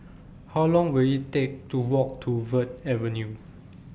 How Long Will IT Take to Walk to Verde Avenue